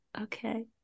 okay